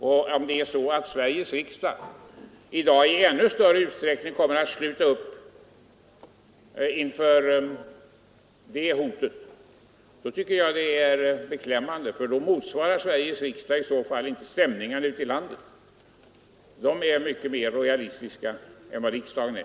Och om det är så att Sveriges riksdag i dag i ännu större utsträckning kommer att sluta upp kring förslaget, så tycker jag det är beklämmande, för då svarar Sveriges riksdag inte mot stämningarna ute i landet. De är då mycket mer rojalistiska än vad riksdagen är.